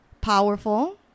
Powerful